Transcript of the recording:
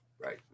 right